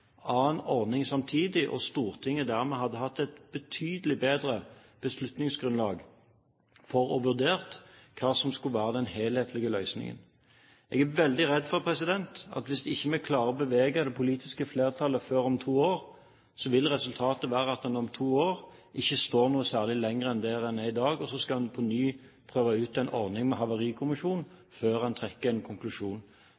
annen ordning samtidig. Dermed hadde Stortinget hatt et betydelig bedre beslutningsgrunnlag for å vurdere hva som skal være den helhetlige løsningen. Jeg er veldig redd for at hvis vi ikke klarer å bevege det politiske flertallet før om to år, vil resultatet være at en om to år ikke er kommet noe særlig lenger enn det en er i dag, og så skal en på ny prøve ut en ordning med